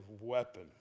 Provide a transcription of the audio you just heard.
weapon